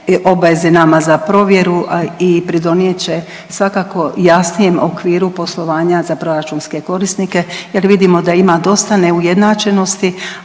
obvezi nama za provjeru, a i pridonijet će svakako jasnijem okviru poslovanja za proračunske korisnike jer vidimo da ima dosta neujednačenosti,